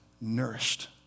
nourished